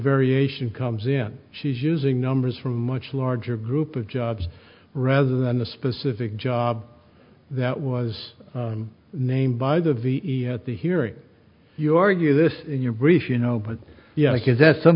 variation comes in she's using numbers from a much larger group of jobs rather than the specific job that was named by the ve at the hearing you argue this in your briefs you know but yeah because that's some